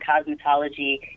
cosmetology